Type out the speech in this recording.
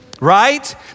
Right